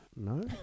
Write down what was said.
No